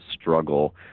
struggle